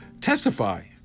testify